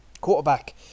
quarterback